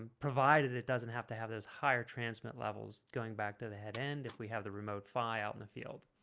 provided it doesn't have to have those higher transmit levels going back to the head and if we have the remote phy out in the field